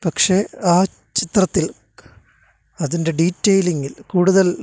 പക്ഷേ ആ ചിത്രത്തില് അതിന്റെ ഡീറ്റെയിലിങ്ങിൽ കൂടുതൽ